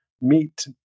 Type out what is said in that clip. meet